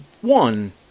one